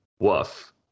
Woof